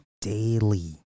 daily